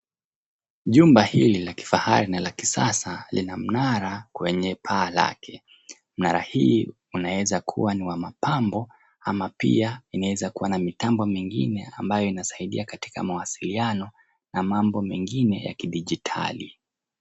Jumba hili la kifahari na la kisasa lina mnara kwenye paa lake. Mnara hii unaweza kuwa ni wa mapambo ama pia inaweza kuwa mitambo mengine ambayo inasaidia katika mawasiliano na mambo mengine ya kidijitali.